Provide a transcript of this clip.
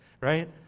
right